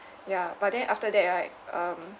ya but then after that right um